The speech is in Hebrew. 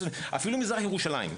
אפילו מזרח ירושלים,